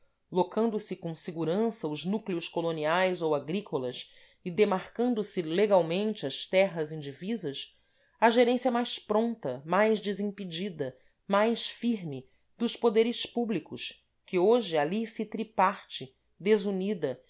povoamento locando se com segurança os núcleos coloniais ou agrícolas e demarcando se legalmente as terras indivisas à gerência mais pronta mais desimpedida mais firme dos poderes públicos que hoje ali se triparte desunida